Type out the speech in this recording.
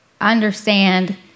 understand